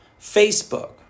Facebook